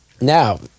Now